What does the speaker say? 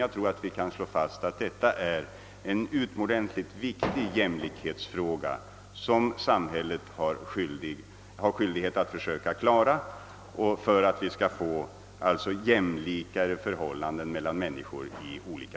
Jag tror att vi kan slå fast att detta är en utomordentligt viktig jämlikhetsfråga som samhället har skyldighet att försöka lösa.